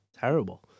Terrible